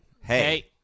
Hey